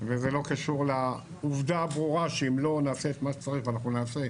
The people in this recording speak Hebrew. וזה לא קשור לעובדה הברורה שאם לא נעשה את מה שצריך ואנחנו נעשה,